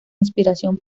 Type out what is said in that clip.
inspiración